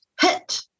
hit